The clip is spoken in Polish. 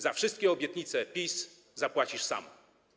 Za wszystkie obietnice PiS zapłacisz sam.